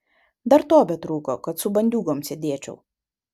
dar to betrūko kad su bandiūgom sėdėčiau